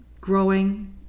growing